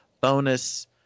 bonus